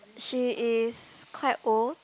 she is quite old